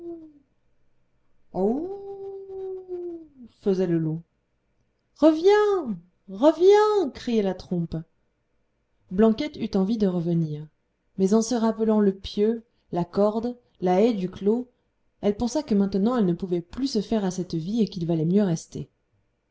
faisait le loup reviens reviens criait la trompe blanquette eut envie de revenir mais en se rappelant le pieu la corde la haie du clos elle pensa que maintenant elle ne pouvait plus se faire à cette vie et qu'il valait mieux rester